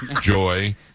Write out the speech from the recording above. Joy